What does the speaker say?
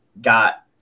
got